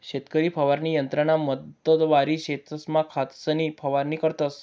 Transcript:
शेतकरी फवारणी यंत्रना मदतवरी शेतसमा खतंसनी फवारणी करतंस